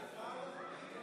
ההצבעה לא חוקית.